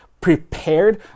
prepared